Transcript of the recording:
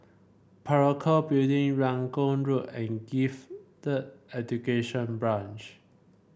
Parakou Building Rangoon Road and Gifted Education Branch